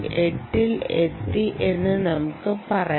8 ൽ എത്തി എന്ന് നമുക്ക് പറയാം